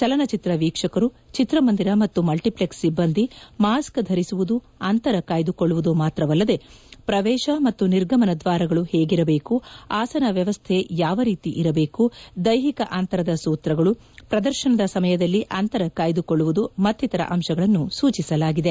ಚಲನಚಿತ್ರ ವೀಕ್ಷಕರು ಚಿತ್ರಮಂದಿರ ಮತ್ತು ಮಲ್ವಿಪ್ಲೆಕ್ಸ್ ಸಿಬ್ಬಂದಿ ಮಾಸ್ಕ್ ಧರಿಸುವುದು ಅಂತರ ಕಾಯ್ದುಕೊಳ್ಳುವುದು ಮಾತ್ರವಲ್ಲದೆ ಪ್ರವೇಶ ಮತ್ತು ನಿರ್ಗಮನ ದ್ವಾರಗಳು ಹೇಗಿರಬೇಕು ಆಸನ ವ್ಯವಸ್ಥೆ ಯಾವ ರೀತಿ ಇರಬೇಕು ದೈಹಿಕ ಅಂತರದ ಸೂತ್ರಗಳು ಪ್ರದರ್ಶನದ ಸಮಯದಲ್ಲಿ ಅಂತರ ಕಾಯ್ದುಕೊಳ್ಳುವುದು ಮತ್ತಿತರ ಅಂಶಗಳನ್ನು ಸೂಚಿಸಲಾಗಿದೆ